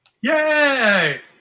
yay